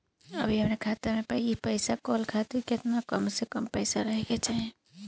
अभीहमरा खाता मे से पैसा इ कॉल खातिर केतना कम से कम पैसा रहे के चाही?